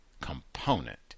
component